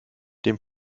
dem